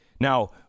Now